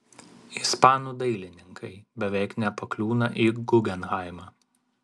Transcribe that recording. ispanų dailininkai beveik nepakliūna į gugenheimą